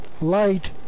light